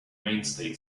mainstay